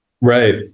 Right